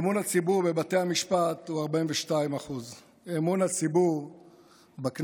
אמון הציבור בבתי המשפט הוא 42%; אמון הציבור בכנסת,